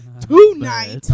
tonight